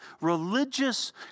religious